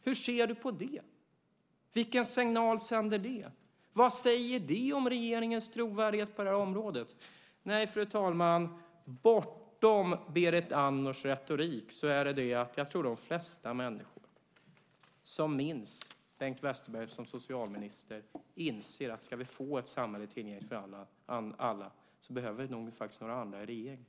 Hur ser du på det? Vilken signal sänder det? Vad säger det om regeringens trovärdighet på det här området? Fru talman! Bortom Berit Andnors retorik tror jag att de flesta människor som minns Bengt Westerberg som socialminister inser att om vi ska få ett samhälle tillgängligt för alla behöver vi nog några andra i regeringen.